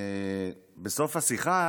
בסוף השיחה